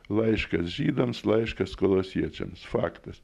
laiškas žydams laiškas kolosiečiams faktas